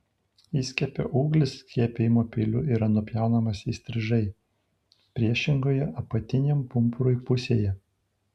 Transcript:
įskiepio ūglis skiepijimo peiliu yra nupjaunamas įstrižai priešingoje apatiniam pumpurui pusėje